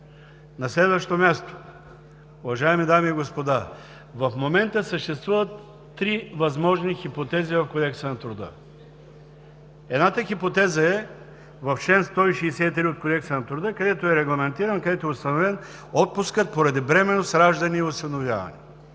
На следващо място, уважаеми дами и господа, в момента съществуват три възможни хипотези в Кодекса на труда. Едната хипотеза е в чл. 163 от Кодекса на труда, където е регламентиран, където е установен отпуск поради бременност, раждане и осиновяване.